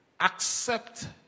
accept